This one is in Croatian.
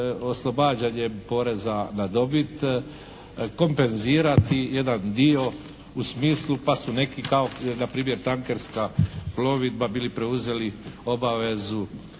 oslobađanjem poreza na dobit kompenzirati jedan dio u smislu pa su neki kao npr. tankerska plovidba bili preuzeli obavezu